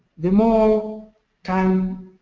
the more time